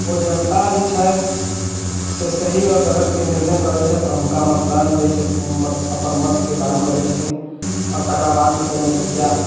ओ जनता जे छथि से सही आओर गलतके निर्णय करैत छथि आ हुनका मतदान दय छथिन अपन मतके दान करैत छथिन आओर तेकरा बादमे कोनो मुखिआ